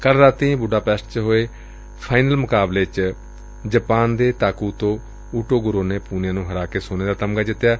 ਕੱਲ੍ਹ ਰਾਤ ਬੁਡਾਪੈਸਟ ਚ ਖੇਡੇ ਗਏ ਫਾਈਨਲ ਮੁਕਾਬਲੇ ਚ ਜਾਪਾਨ ਦੇ ਤਾਕੂਤੋ ਓਟੋਗੁਰੋ ਨੇ ਪੂਨੀਆ ਨੂੰ ਹਰਾ ਕੇ ਸੋਨਾ ਦਾ ਤਮਗਾ ਜਿੱਤਿਐ